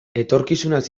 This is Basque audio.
etorkizunaz